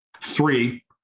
three